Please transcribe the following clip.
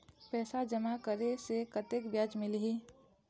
पैसा जमा करे से कतेक ब्याज मिलही?